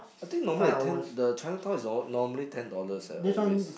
I think normally the ten the Chinatown is all normally ten dollars and always